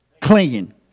clean